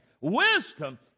Wisdom